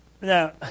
Now